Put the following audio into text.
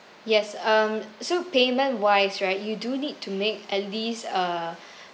yes um so payment wise right you do need to make at least a